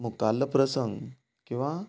मुखारलो प्रसंग किंवां